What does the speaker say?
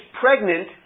pregnant